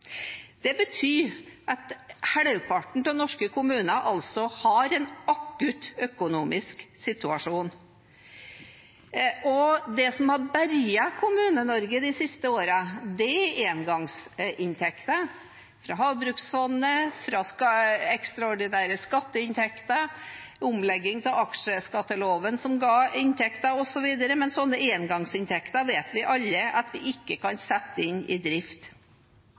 Det betyr at halvparten av norske kommuner har en akutt økonomisk situasjon. Det som har berget Kommune-Norge de siste årene, er engangsinntekter – fra havbruksfondet, fra ekstraordinære skatteinntekter og omlegging av aksjeskatteloven osv. Men slike engangsinntekter vet vi alle at ikke kan settes inn i drift.